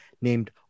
named